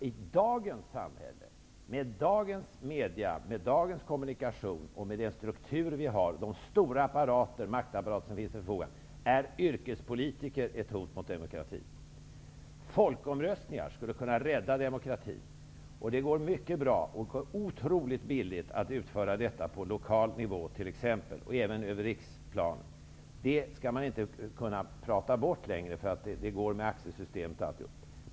I dagens samhälle med dagens media, med dagens kommunikationer, med den struktur vi har och med de stora maktapparater som står till förfogande menar jag att yrkespolitiker är ett hot mot demokratin. Folkomröstningar skulle kunna rädda demokratin. Det går mycket bra och är otroligt billigt att genomföra folkomröstningar på lokal nivå och även på riksplanet. Det kan man inte prata bort längre, när vi har AXE-system och många andra hjälpmedel.